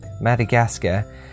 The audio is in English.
Madagascar